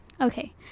okay